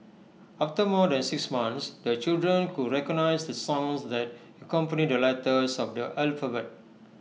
after more than six months the children could recognise the sounds that accompany the letters of the alphabet